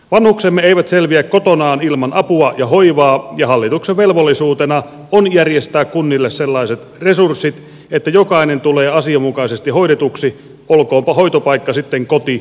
vanhuksemme eivät selviä kotonaan ilman apua ja hoivaa ja hallituksen velvollisuutena on järjestää kunnille sellaiset resurssit että jokainen tulee asianmukaisesti hoidetuksi olkoonpa hoitopaikka sitten koti taikka laitos